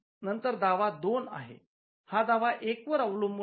नंतर दावा २ आह हा दावा १ वर अवलंबून आहे